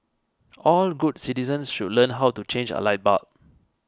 all good citizens should learn how to change a light bulb